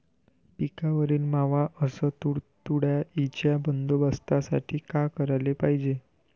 पिकावरील मावा अस तुडतुड्याइच्या बंदोबस्तासाठी का कराच पायजे?